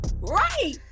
right